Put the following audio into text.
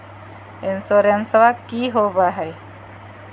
इंसोरेंसबा की होंबई हय?